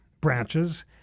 branches